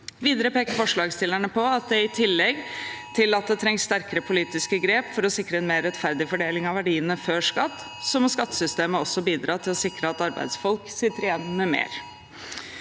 Videre peker forslagsstillerne på at i tillegg til at det trengs sterkere grep for å sikre en mer rettferdig fordeling av verdiene før skatt, må skattesystemet bidra til å sikre at arbeidsfolk sitter igjen med mer.